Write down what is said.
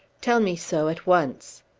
tell me so, at once.